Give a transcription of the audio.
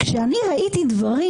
כשאני ראיתי דברים